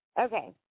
Okay